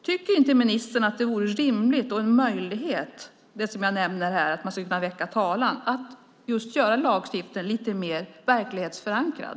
Tycker inte ministern att det vore rimligt med en möjlighet att väcka talan och därmed göra lagstiftningen lite mer verklighetsförankrad?